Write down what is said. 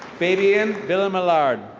fabian villamillard.